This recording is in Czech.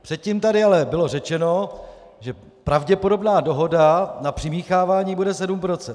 Předtím tady ale bylo řečeno, že pravděpodobná dohoda na přimíchávání bude 7 %.